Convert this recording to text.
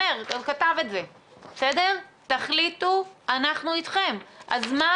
הוא אומר, כתב את זה, 'תחליטו, אנחנו איתכם'.